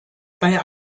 bei